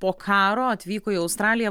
po karo atvyko į australiją